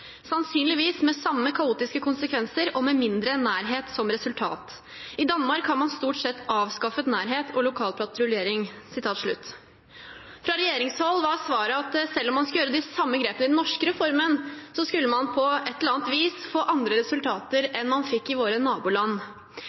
Sannsynligvis med samme kaotiske konsekvenser og med mindre nærhet som resultat. I Danmark har man stort sett avskaffet nærhet og lokal patruljering.» Fra regjeringshold var svaret at selv om man skulle ta de samme grepene i den norske reformen, skulle man på et eller annet vis få andre resultater enn man fikk i våre naboland.